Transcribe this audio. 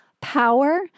power